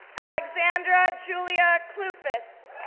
alexandra julia klufas,